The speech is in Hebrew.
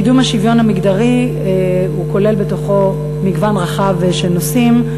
קידום השוויון המגדרי כולל בתוכו מגוון רחב של נושאים,